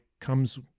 comes